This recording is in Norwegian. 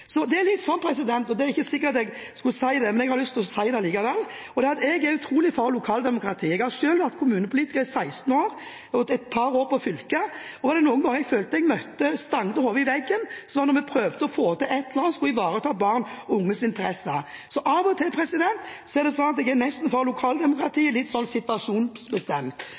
Det er ikke sikkert jeg skal si det, men jeg har lyst til å si det likevel: Jeg er veldig for lokaldemokratiet, jeg har selv vært kommunepolitiker i 16 år og vært et par år i fylket, og var det noen gang jeg følte at jeg stanget hodet i veggen, var det da vi prøvde å få til et eller annet som skulle ivareta barn og unges interesser, så av og til er det sånn at jeg er for lokaldemokratiet nesten litt situasjonsbestemt.